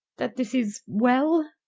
that this is well?